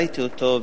ראיתי אותו,